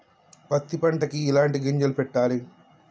పత్తి పంటకి ఎలాంటి గింజలు పెట్టాలి?